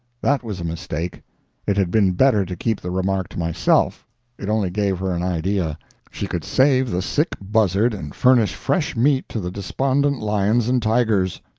that was a mistake it had been better to keep the remark to myself it only gave her an idea she could save the sick buzzard, and furnish fresh meat to the despondent lions and tigers.